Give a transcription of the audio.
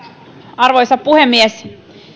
arvoisa puhemies